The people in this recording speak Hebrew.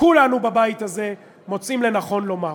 כולנו בבית הזה מוצאים לנכון לומר.